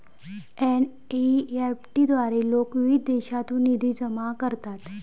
NEFT द्वारे लोक विविध देशांतून निधी जमा करतात